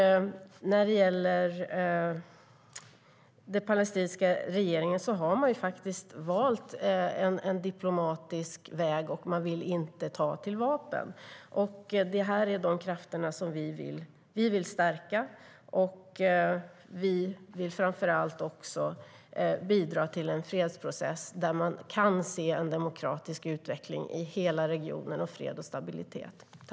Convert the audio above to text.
När det gäller den palestinska regeringen har man valt en diplomatisk väg, och man vill inte ta till vapen. De krafterna vill vi stärka. Vi vill framför allt bidra till en fredsprocess där man kan se en demokratisk utveckling i hela regionen och fred och stabilitet.